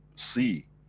see.